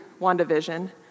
WandaVision